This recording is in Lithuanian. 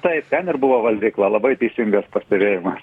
taip ten ir buvo valgykla labai teisingas pastebėjimas